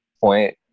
point